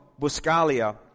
Buscalia